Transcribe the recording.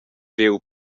viu